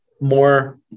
more